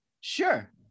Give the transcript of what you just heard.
Sure